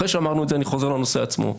אחרי שאמרתי את זה אני חוזר לנושא עצמו.